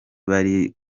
bari